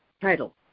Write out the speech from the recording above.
title